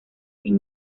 sin